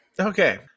okay